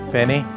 Penny